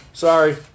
Sorry